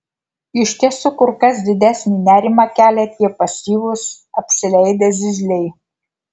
iš tiesų kur kas didesnį nerimą kelia tie pasyvūs apsileidę zyzliai